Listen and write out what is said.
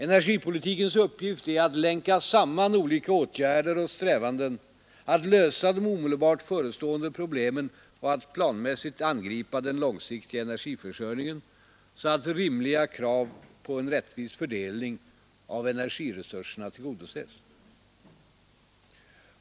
Energipolitikens uppgift är att länka samman olika åtgärder och strävanden, att lösa de omedelbart förestående problemen och att planmässigt angripa den långsiktiga energiförsörjningen, så att rimliga krav på en rättvis fördelning av energiresurserna tillgodoses.